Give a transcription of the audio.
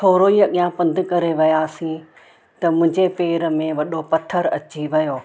थोरो ई अॻियां पंधि करे वयासीं त मुंहिंजे पेर में वॾो पथरु अची वियो